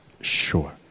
sure